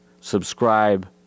subscribe